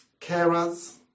carers